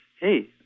hey